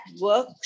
work